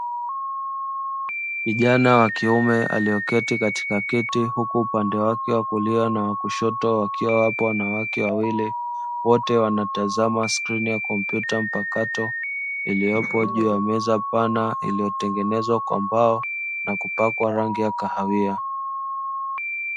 Vijana wa kiume alioketi katika kiti huku upande wake wa kulia na kushoto wakiwa wapo wanawake wawili, wote wanatazama skrini ya kompyuta mpakato iliyopo juu ya meza pana iliyotengenezwa kwa mbao na kupakwa rangi ya kahawia.